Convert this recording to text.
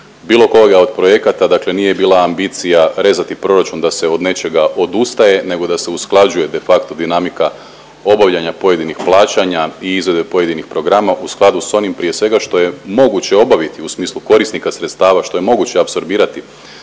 bilo koga od projekata, dakle nije bila ambicija rezati proračun da se od nečega odustaje nego da se usklađuje de facto dinamika obavljanja pojedinih plaćanja i izrade pojedinih programa u skladu s onim prije svega što je moguće obaviti u smislu korisnika sredstava, što je moguće apsorbirati.